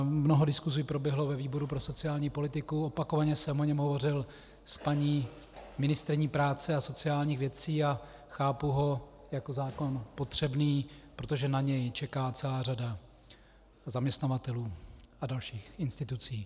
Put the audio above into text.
Mnoho diskusí proběhlo ve výboru pro sociální politiku, opakovaně jsem o něm hovořil s paní ministryní práce a sociálních věcí a chápu ho jako zákon potřebný, protože na něj čeká celá řada zaměstnavatelů a dalších institucí.